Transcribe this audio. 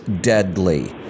deadly